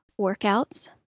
workouts